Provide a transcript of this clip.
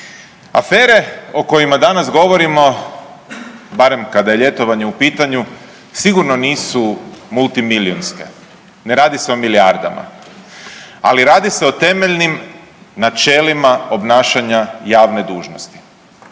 Afere o kojima danas govorimo barem kada je ljetovanje u pitanju sigurno nisu multimilijunske, ne radi se o milijardama, ali radi se o temeljnim načelima obnašanja javne dužnosti.